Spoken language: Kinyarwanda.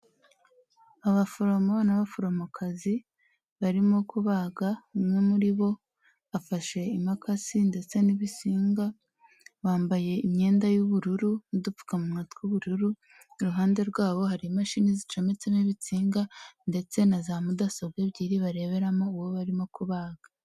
Abaforomo n'abaforomokazi barimo kubaga ,umwe muri bo afashe impakasi ndetse n'ibitsinga ,bambaye imyenda y'ubururu n'udupfukamunwa tw'ubururu iruhande rwabo hari imashini zicometsemo ibitsinga ndetse na za mudasobwa ebyiri bareberamo uwo barimo kubaga.